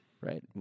Right